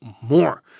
more